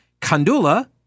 Kandula